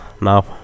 now